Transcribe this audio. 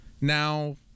Now